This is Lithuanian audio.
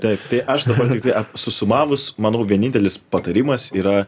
taip tai aš dabar tiktai susumavus manau vienintelis patarimas yra